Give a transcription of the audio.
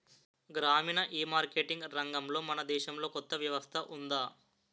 గ్రామీణ ఈమార్కెటింగ్ రంగంలో మన దేశంలో కొత్త వ్యవస్థ ఉందా?